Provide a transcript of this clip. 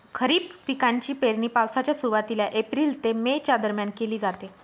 खरीप पिकांची पेरणी पावसाच्या सुरुवातीला एप्रिल ते मे च्या दरम्यान केली जाते